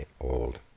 old